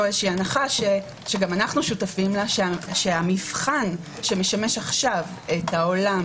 הנחה שגם אנו שותפים לה שהמבחן שמשמש עכשיו את העולם